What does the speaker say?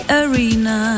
arena